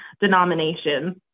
denominations